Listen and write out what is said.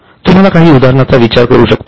तुम्ही काही उदाहरणांचा विचार करू शकता का